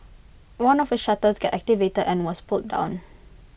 one of the shutters got activated and was pulled down